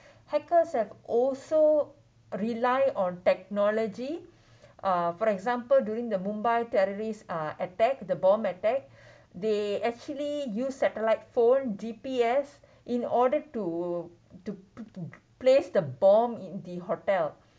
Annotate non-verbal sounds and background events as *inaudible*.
*breath* hackers have also rely on technology *breath* uh for example during the mumbai terrorists uh attack the bomb attack *breath* they actually use satellite phone G_P_S *breath* in order to to place the bomb in the hotel